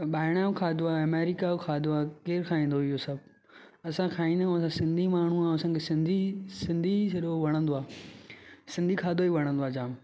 ॿाहिरां जो खाधो आहे अमेरिका जो खाधो आहे केरु खाईंदो इहो सभु असां खाईंदा आहियूं असां सिंधी माण्हू आहियूं असांखे सिंधी सिंधी ई सॼो वणंदो आहे सिंधी खाधो ई वणंदो आहे जाम